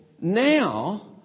Now